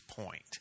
point